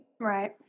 Right